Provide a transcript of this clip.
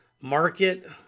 market